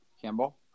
Campbell